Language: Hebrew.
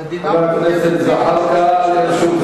המדינה מורכבת מאנשים,